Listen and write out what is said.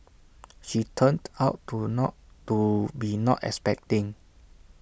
she turned out to not to be not expecting